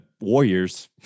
Warriors